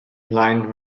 blind